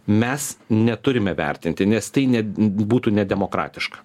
mes neturime vertinti nes tai net būtų nedemokratiška